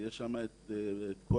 יש שם את כל